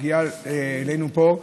שמגיעה אלינו פה.